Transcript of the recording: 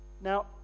Now